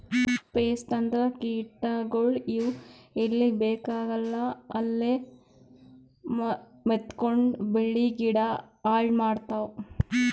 pest ಅಂದ್ರ ಕೀಟಗೋಳ್, ಇವ್ ಎಲ್ಲಿ ಬೇಕಾಗಲ್ಲ ಅಲ್ಲೇ ಮೆತ್ಕೊಂಡು ಬೆಳಿ ಗಿಡ ಮರ ಹಾಳ್ ಮಾಡ್ತಾವ್